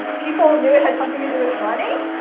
people knew it had something to do with money.